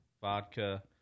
vodka